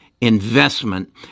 investment